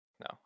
No